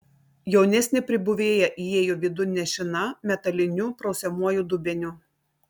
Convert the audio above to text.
jaunesnė pribuvėja įėjo vidun nešina metaliniu prausiamuoju dubeniu